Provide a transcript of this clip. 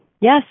Yes